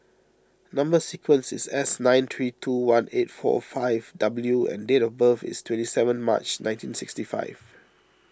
Number Sequence is S nine three two one eight four five W and date of birth is twenty seven March nineteen sixty five